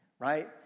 Right